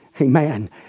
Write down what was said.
Amen